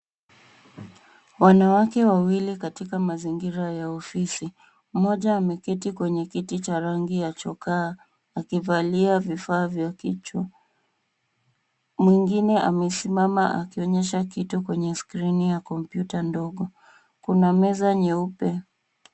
Wanawake wawili katika mazingira ya ofisi. Mmoja ameketi kwenye kiti cha rangi ya chokaa akivalia vifaa vya kichwa. Mwingine amesimama akionyesha kitu kwenye skrini ya kompyuta ndogo. Kuna meza nyeupe.